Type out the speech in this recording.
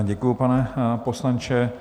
Děkuji, pane poslanče.